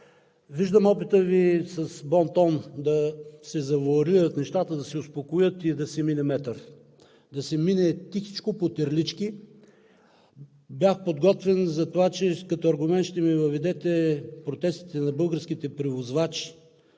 Виждам опита Ви с бон тон да се завоалират нещата, да се успокоят и да се мине метър – да се мине тихичко по терлички. Бях подготвен за това, че като аргумент ще ми дадете протестите на българските превозвачи.